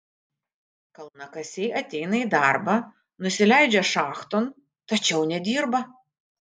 kalnakasiai ateina į darbą nusileidžia šachton tačiau nedirba